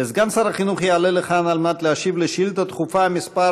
סגן שר החינוך יעלה לכאן כדי להשיב על שאילתה דחופה מס'